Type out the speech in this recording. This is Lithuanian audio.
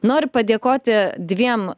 noriu padėkoti dviem